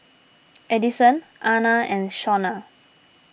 Edison Ana and Shonna